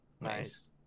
Nice